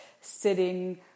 sitting